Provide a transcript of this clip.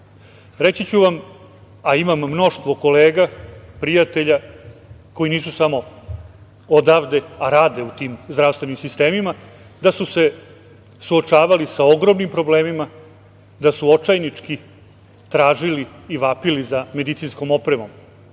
SAD.Reći ću vam, a imam mnoštvo kolega, prijatelja, koji nisu samo odavde, a rade u tim zdravstvenim sistemima, da su se suočavali sa ogromnim problemima, da su očajnički tražili i vapili za medicinskom opremom.